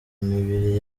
mibiri